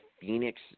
Phoenix